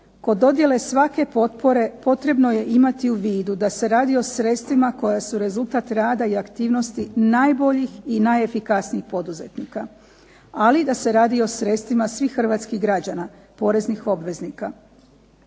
kod dodjele svake potpore potrebno je imati u vidu da se radi o sredstvima koji su rezultat rada i aktivnosti najboljih i najefikasnijih poduzetnika. Ali da se radi i o sredstvima svih hrvatskih građana, poreznih obveznika.